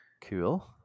Cool